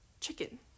chicken